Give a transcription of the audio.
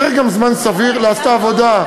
צריך גם זמן סביר לעשות את העבודה.